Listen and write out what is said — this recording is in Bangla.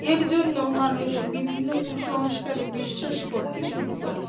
এর জন্য মানুষ বিভিন্ন কুসংস্কারে বিশ্বাস করতে শুরু করে